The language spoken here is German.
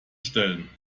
stellen